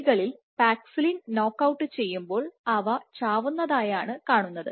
എലികളിൽ paxillin knock out ചെയ്യുമ്പോൾ അവ ചാവുന്നതായാണ് കാണുന്നത്